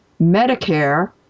Medicare